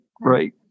right